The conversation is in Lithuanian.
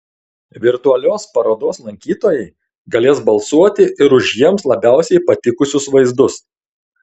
virtualios parodos lankytojai galės balsuoti ir už jiems labiausiai patikusius vaizdus